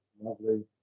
lovely